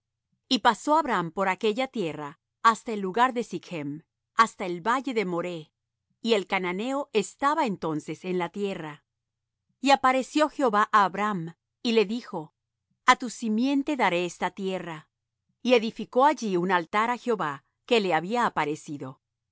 y pasó abram por aquella tierra hasta el lugar de sichm hasta el valle de moreh y el cananeo estaba entonces en la tierra y apareció jehová á abram y le dijo a tu simiente daré esta tierra y edificó allí un altar á jehová que le había aparecido y